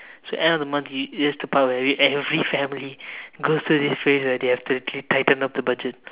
so end of the month you this is the part where every family goes through this phase where they have to literally tighten up the budget